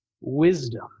wisdom